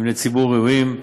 מבני ציבור ראויים,